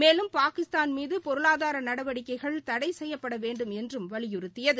மேலும் பாகிஸ்தான்மீது பொருளாதார நடவடிக்கைகள் தடை செய்யப்படவேண்டும் என்று வலியுறுத்தியது